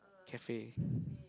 cafe